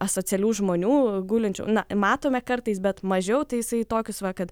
asocialių žmonių gulinčių na matome kartais bet mažiau tai jisai tokius va kad